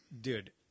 Dude